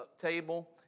table